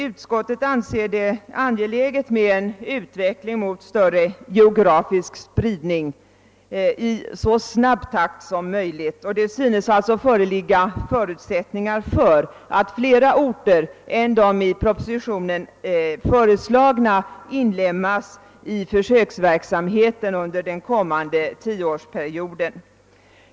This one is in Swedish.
Utskottet anser det angeläget med en utveckling mot större geografisk spridning i så snabb takt som möjligt. Det synes alltså föreligga förutsättningar för att flera orter än de i propositionen föreslagna inlemmas i försöksverksamheten under den kommande tioårsperioden.